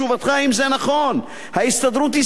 אם זה נכון: ההסתדרות השיגה: